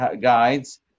guides